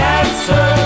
answer